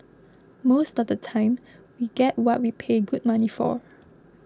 most of the time we get what we pay good money for